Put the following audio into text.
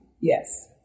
yes